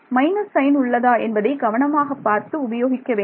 minus sign உள்ளதா என்பதை கவனமாக பார்த்து உபயோகிக்க வேண்டும்